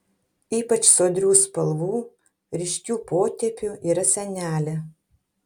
ypač sodrių spalvų ryškių potėpių yra senelė